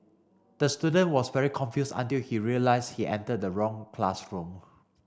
the student was very confused until he realised he entered the wrong classroom